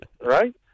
right